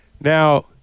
Now